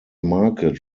market